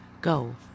Go